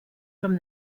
from